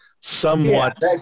somewhat